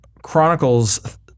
Chronicles